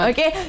Okay